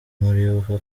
muribuka